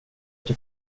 inte